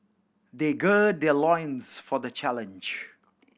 they gird their loins for the challenge